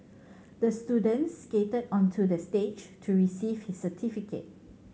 the student skated onto the stage to receive his certificate